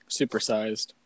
supersized